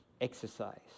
exercise